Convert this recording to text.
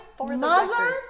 mother